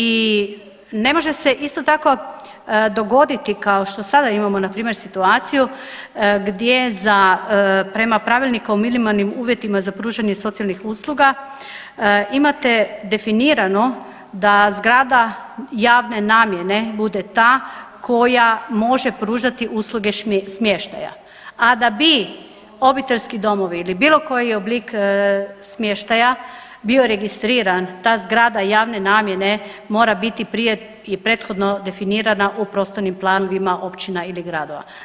I ne može se isto tako dogoditi kao što sada imamo npr. situaciju gdje za prema Pravilniku o minimalnim uvjetima za pružanje socijalnih usluga imate definirano da zgrada javne namjene bude ta koja može pružati usluge smještaja, a da bi obiteljski domovi ili bilo koji oblik smještaja bio registriran ta zgrada javne namjene mora biti prije i prethodno definirana u prostornom planovima općina ili gradova.